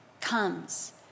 comes